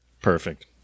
Perfect